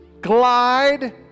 glide